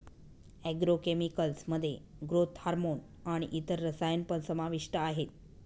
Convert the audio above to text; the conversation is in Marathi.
ऍग्रो केमिकल्स मध्ये ग्रोथ हार्मोन आणि इतर रसायन पण समाविष्ट आहेत